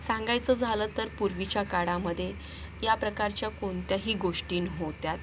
सांगायचं झालं तर पुर्वीच्या काळामध्ये या प्रकारच्या कोणत्याही गोष्टी नव्हत्या